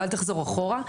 ואל תחזור אחורה,